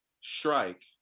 strike